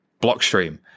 Blockstream